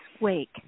Wake